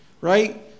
right